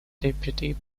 deputy